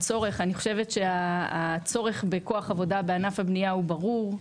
אני חושבת שהצורך בכוח עבודה בענף הבנייה הוא ברור.